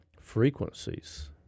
frequencies